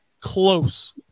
close